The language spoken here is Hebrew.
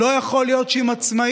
לא יכול להיות שעצמאי